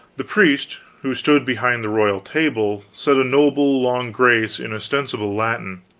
the priest who stood behind the royal table said a noble long grace in ostensible latin.